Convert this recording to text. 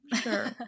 sure